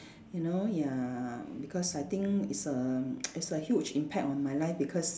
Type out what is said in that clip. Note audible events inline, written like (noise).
you know ya because I think it's a (noise) it's a huge impact on my life because